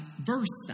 versa